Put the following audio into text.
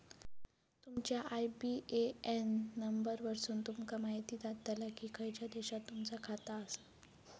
तुमच्या IBAN number वरसुन तुमका म्हायती जाताला की खयच्या देशात तुमचा खाता आसा